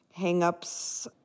hangups